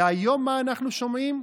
והיום מה אנחנו שומעים?